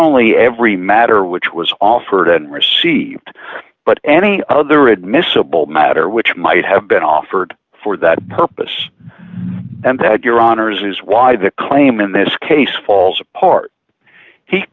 only every matter which was offered and received but any other admissible matter which might have been offered for that purpose and that your honor is why the claim in this case falls apart he